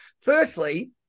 Firstly